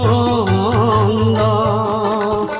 o